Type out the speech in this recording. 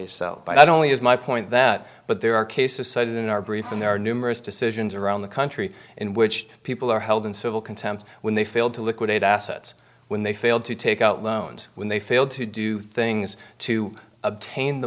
yourself i don't mean is my point that but there are cases cited in our brief and there are numerous decisions around the country in which people are held in civil contempt when they failed to liquidate assets when they failed to take out loans when they failed to do things to obtain the